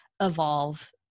evolve